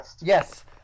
Yes